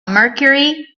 mercury